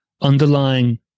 underlying